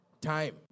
Time